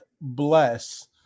bless